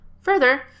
Further